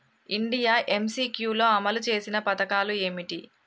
India MCQ లో అమలు చేసిన పథకాలు ఏమిటి?